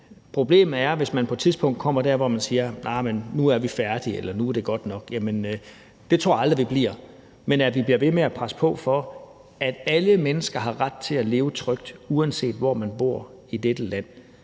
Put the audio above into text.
Problemet er, hvis man på et tidspunkt kommer dertil, hvor man siger, at nu er vi færdige, eller at nu er det godt nok, for det tror jeg aldrig det bliver. Men vi skal blive ved med at presse på for, at alle mennesker har ret til at leve trygt, uanset hvor man bor i dette land.